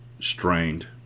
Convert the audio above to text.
strained